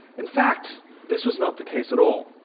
in fact this was not the case at all.